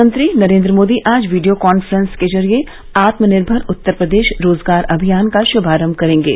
प्रधानमंत्री नरेंद्र मोदी आज video conference के जरिए आत्मतनिर्भर उत्तर प्रदेश रोजगार अभियान का शुभारंभ करेंगे